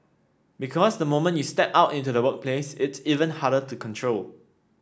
because the moment you step out into the workplace it's even harder to control